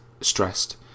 stressed